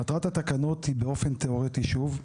מטרת התקנות היא, באופן תיאורטי שוב,